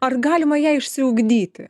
ar galima ją išsiugdyti